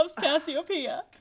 Cassiopeia